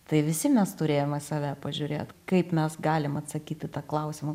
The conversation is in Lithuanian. tai visi mes turėjom į save pažiūrėt kaip mes galim atsakyt į tą klausimą